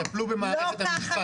תטפלו במערכת המשפט.